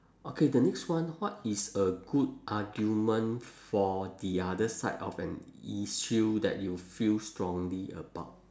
okay the next one what is a good argument for the other side of an issue that you feel strongly about